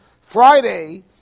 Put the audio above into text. Friday